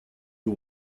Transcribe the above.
you